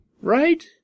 right